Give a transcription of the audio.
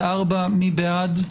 34. מי בעד?